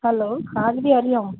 hello हा दीदी हरिओम